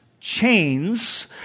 chains